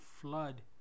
flood